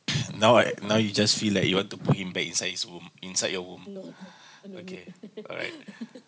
now I now you just feel like you want to put him back inside his womb inside your womb okay all right